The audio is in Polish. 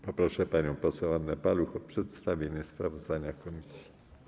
Poproszę panią poseł Annę Paluch o przedstawienie sprawozdania komisji.